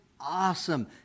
awesome